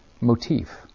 motif